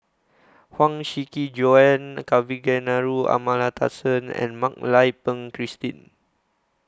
Huang Shiqi Joan Kavignareru Amallathasan and Mak Lai Peng Christine